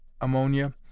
ammonia